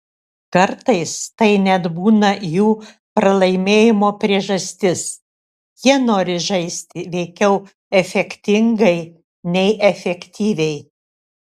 kartais tai net būna jų pralaimėjimo priežastis jie nori žaisti veikiau efektingai nei efektyviai